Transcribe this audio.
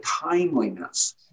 timeliness